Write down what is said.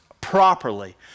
properly